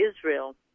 Israel